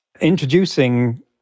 introducing